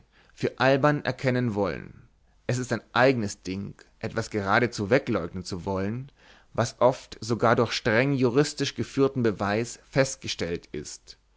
für albern erkennen wollen es ist ein eignes ding etwas geradezu wegleugnen zu wollen was oft sogar durch streng juristisch geführten beweis festgestellt ist